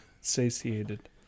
Satiated